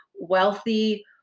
wealthy